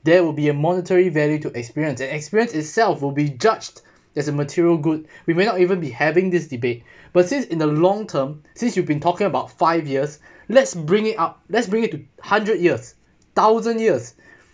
there will be a monetary value to experience and experience itself will be judged as a material good we may not even be having this debate but since in the long term since you've been talking about five years let's bring it up let's bring it to hundred years thousand years